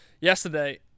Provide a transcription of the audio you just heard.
Yesterday